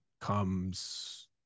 comes